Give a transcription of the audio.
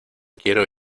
quiero